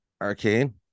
Arcane